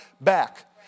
back